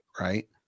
right